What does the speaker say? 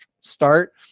start